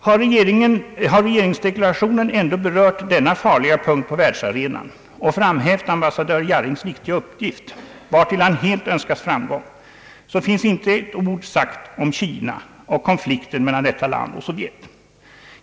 Har regeringsdeklarationen ändå berört denna farliga punkt på världsarenan och framhävt ambassadör Jarrings viktiga uppgift, vartill han helt önskas framgång, så finns det däremot inte ett ord om Kina och konflikten mellan detta land och Sovjet. Det är också verkligt farliga saker.